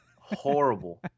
Horrible